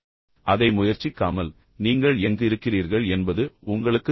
அதை முயற்சிக்காமல் நீங்கள் எங்கு இருக்கிறீர்கள் என்பது உங்களுக்குத் தெரியாது